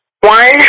One